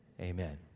Amen